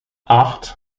acht